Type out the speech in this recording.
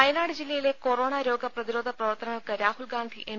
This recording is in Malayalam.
വയനാട് ജില്ലയിലെ കൊറോണ് രോഗ പ്രതിരോധ പ്രവർത്തനങ്ങൾക്ക് രാഹുൽഗാന്ധി എം